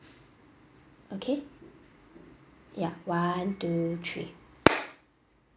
okay ya one two three